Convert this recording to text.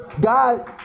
God